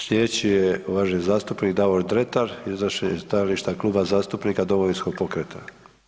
Sljedeći je uvaženi zastupnik Davor Dretar iznošenje stajališta Kluba zastupnika Domovinskog pokreta.